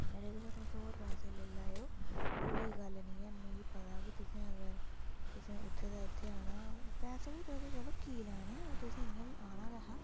मेरे कशा तुस और पैसे लेई लैओ केई गल्ल नेईं ऐ मिगी पता गी अगर तुसे ंउत्थै दा इत्थै आना पैसै बी तुसें चलो की लैने तुस इयां बी आना गै हा